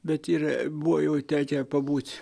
bet ir buvo jau tekę pabūt